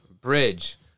bridge